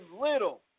little